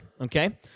okay